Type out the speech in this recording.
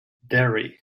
derry